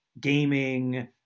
gaming